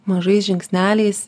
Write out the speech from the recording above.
mažais žingsneliais